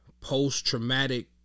post-traumatic